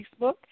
Facebook